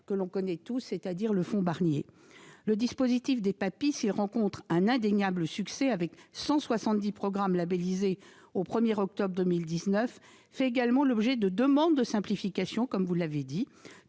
naturels majeurs, c'est-à-dire le fonds Barnier. Ce dispositif, s'il rencontre un indéniable succès avec 170 programmes labellisés au 1 octobre 2019, fait également l'objet de demandes de simplification, comme vous l'avez dit,